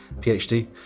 PhD